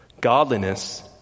Godliness